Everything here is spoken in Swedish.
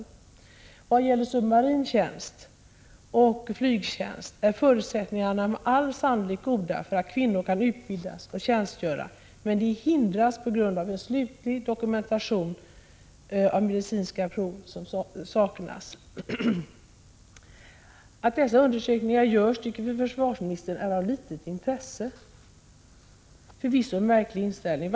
I vad gäller submarin tjänst och flygtjänst är förutsättningarna med all sannolikhet goda för att kvinnor kan utbildas och tjänstgöra, men de hindras på grund av att en slutlig dokumentation av medicinska prov saknas. Att dessa undersökningar görs tycker försvarsministern är av litet intresse. Det är förvisso en märklig inställning.